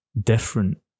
different